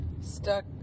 stuck